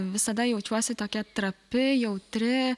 visada jaučiuosi tokia trapi jautri